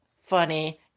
funny